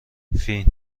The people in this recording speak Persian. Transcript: فین